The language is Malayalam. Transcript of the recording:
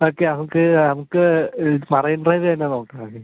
ഓക്കെ നമുക്ക് നമുക്ക് മറൈൻ ഡ്രൈവ് തന്നെ നോക്കാം എന്നാൽ